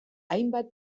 hainbat